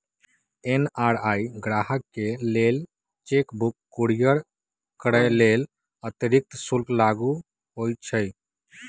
NRI गाहकके लेल cheque book courier करय लेल अतिरिक्त शुल्क लागू होइ छइ